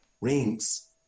rings